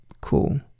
Cool